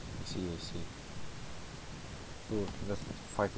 I see I see